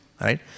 right